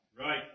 Right